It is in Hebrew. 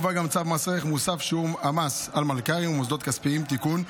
מובא גם צו מס ערך מוסף (שיעור המס על מלכ"רים ומוסדות כספיים) (תיקון),